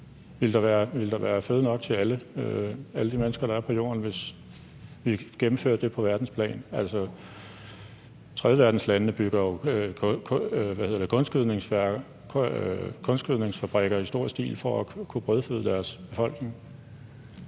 Ville der være føde nok til alle de mennesker, der er på jorden, hvis vi gennemfører det på verdensplan? Altså, tredjeverdenslandene bygger jo kunstgødningsfabrikker i stor stil for at kunne brødføde deres befolkninger.